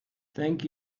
thank